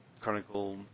Chronicle